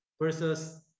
versus